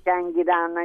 ten gyvena